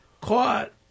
caught